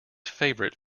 favourite